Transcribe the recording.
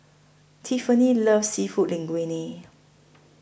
Tiffani loves Seafood Linguine